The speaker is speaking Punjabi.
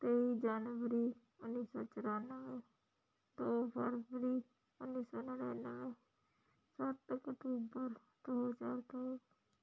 ਤੇਈ ਜਨਵਰੀ ਉੱਨੀ ਸੌ ਚੁਰਾਨਵੇਂ ਦੋ ਫਰਵਰੀ ਉੱਨੀ ਸੌ ਨੜਿਨਵੇਂ ਸੱਤ ਅਕਤੂਬਰ ਦੋ ਹਜ਼ਾਰ ਤੀਹ